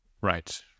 Right